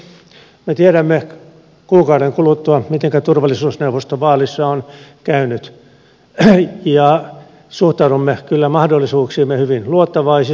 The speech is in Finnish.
me tiedämme kuukauden kuluttua mitenkä turvallisuusneuvoston vaaleissa on käynyt ja suhtaudumme kyllä mahdollisuuksiimme hyvin luottavaisesti